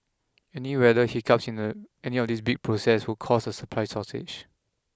any weather hiccups in the any of these big proccess would cause a supply shortage